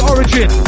Origin